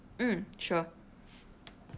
mm sure